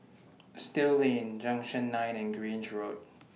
Still Lane Junction nine and Grange Road